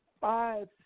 five